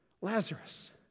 Lazarus